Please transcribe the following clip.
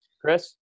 Chris